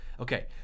Okay